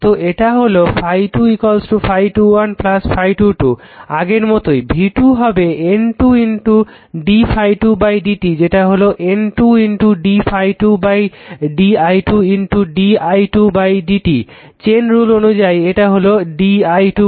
তো এটা হলো ∅2 ∅21 ∅22 আগের মতোই v2 হবে N 2 d ∅2 dt যেটা হলো N 2 d ∅2 di2 di2 dt chain rule অনুযায়ী তো এটা হলো di2 dt